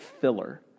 filler